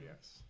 Yes